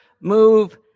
move